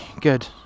Good